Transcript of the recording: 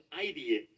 idea